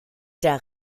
der